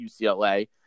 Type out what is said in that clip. UCLA